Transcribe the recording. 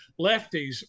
lefties